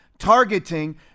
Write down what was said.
Targeting